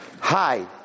Hi